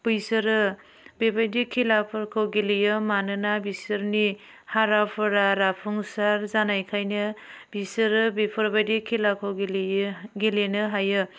बैसोरो बेबायदि खेलाफोरखौ गेलेयो मानोना बिसोरनि हाराफोरा राफुंसार जानायखायनो बिसोरो बेफोरबायदि खेलाखौ गेलेयो गेलेनो हायो